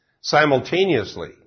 simultaneously